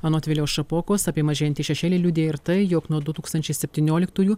anot viliaus šapokos apie mažėjantį šešėlį liudija ir tai jog nuo du tūkstančiai septynioliktųjų